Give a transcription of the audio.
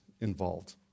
involved